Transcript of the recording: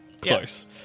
close